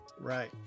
Right